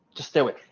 just do it.